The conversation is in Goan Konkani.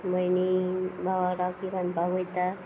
भयणी भावाक राखी बांदपाक वयता